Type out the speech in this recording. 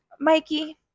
Mikey